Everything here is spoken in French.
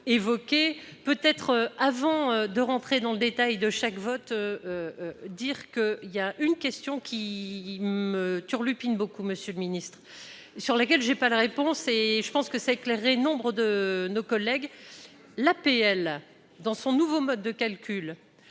évoqués peut-être avant de rentrer dans le détail de chaque vote dire que il y a une question qui me turlupine beaucoup, Monsieur le Ministre, sur laquelle j'ai pas la réponse et je pense que c'est clair, nombre de nos collègues l'APL. Dans son nouveau mode de calcul